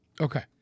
Okay